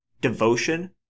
devotion